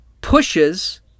pushes